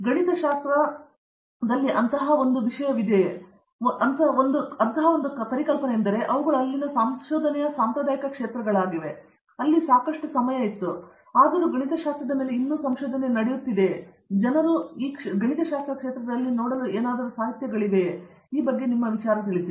ಗಣಿತಶಾಸ್ತ್ರದಲ್ಲಿ ಅಂತಹ ಒಂದು ವಿಷಯವಿದೆಯೇ ಅಂತಹ ಒಂದು ಪರಿಕಲ್ಪನೆ ಇದೆಯೆಂದರೆ ಇವುಗಳು ಅಲ್ಲಿನ ಸಂಶೋಧನೆಯ ಸಾಂಪ್ರದಾಯಿಕ ಕ್ಷೇತ್ರಗಳಾಗಿವೆ ಮತ್ತು ಅಲ್ಲಿ ಸಾಕಷ್ಟು ಸಮಯ ಇತ್ತು ಆದರೆ ಅದರ ಮೇಲೆ ಇನ್ನೂ ಸಂಶೋಧನೆ ನಡೆಯುತ್ತಿದೆ ಮತ್ತು ಆದ್ದರಿಂದ ಜನರು ನೋಡಬಹುದಾದ ಬಹಳಷ್ಟು ಸಾಹಿತ್ಯಗಳಿವೆ ಮತ್ತು ನಿಮಗೆ ವಿರುದ್ಧವಾಗಿ ತೊಡಗಿಸಿಕೊಂಡಿದೆ